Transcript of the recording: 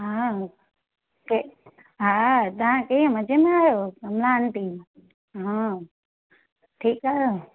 हा के हा तव्हां कीअं मज़े में आहियो कमला आंटी हा ठीकु आहे